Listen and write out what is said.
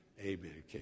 Amen